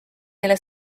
neile